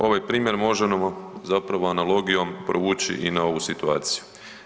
Ovim primjerom možemo zapravo analogijom provući i na ovu situaciju.